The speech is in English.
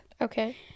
Okay